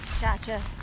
Gotcha